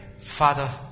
Father